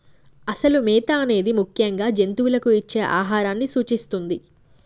అసలు మేత అనేది ముఖ్యంగా జంతువులకు ఇచ్చే ఆహారాన్ని సూచిస్తుంది